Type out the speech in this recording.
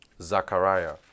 Zachariah